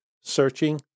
searching